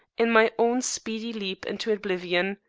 in my own speedy leap into oblivion.